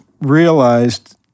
realized